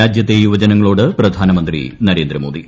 രാജ്യത്തെ യുവജനങ്ങളോട് പ്രധാനമന്ത്രി നരേന്ദ്രമോദി